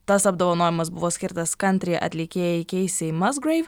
tas apdovanojimas buvo skirtas kantri atlikėjai keisei mazgreiv